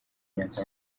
myaka